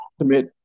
ultimate